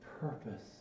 purpose